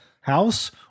house